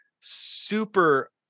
super